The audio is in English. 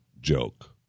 joke